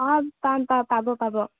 অ পাব পাব